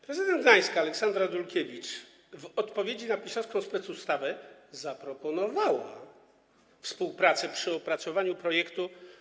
Prezydent Gdańska Aleksandra Dulkiewicz w odpowiedzi na PiS-owską specustawę zaproponowała współpracę przy opracowaniu projektu